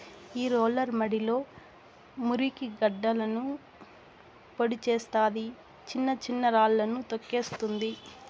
ఈ రోలర్ మడిలో మురికి గడ్డలను పొడి చేస్తాది, చిన్న చిన్న రాళ్ళను తోక్కేస్తుంది